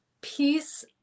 Peace